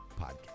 podcast